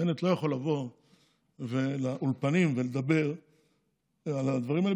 בנט לא יכול לבוא לאולפנים ולדבר על הדברים האלה,